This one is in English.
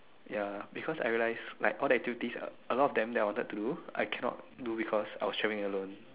ya because I realize like all the activities a lot of them that I wanted to do I cannot do because I was traveling alone